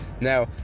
Now